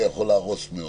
להם זה יכול להרוס מאוד.